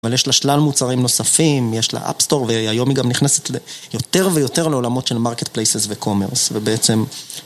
אבל יש לה שלל מוצרים נוספים, יש לה אפסטור, והיום היא גם נכנסת יותר ויותר לעולמות של מרקט פלייסס וקומרס ובעצם